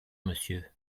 monsieur